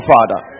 Father